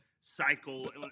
cycle